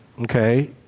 Okay